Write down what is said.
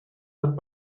hat